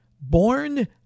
born